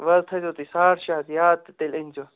وۅنۍ حظ تھٲوِزیٚو تُہۍ ساڑ شےٚ ہتھ یاد تہٕ تیٛلہِ أنۍزیٚو